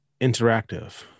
interactive